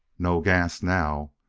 no gas now!